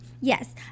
Yes